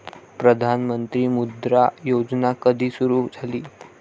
प्रधानमंत्री मुद्रा योजना कधी सुरू झाली?